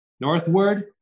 northward